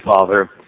Father